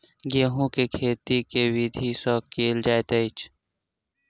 गेंहूँ केँ खेती केँ विधि सँ केल जाइत अछि?